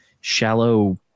shallow